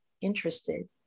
interested